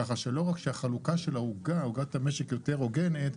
כך שלא רק החלוקה של עוגת המשק יותר הוגנת,